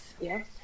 yes